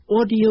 audio